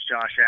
Josh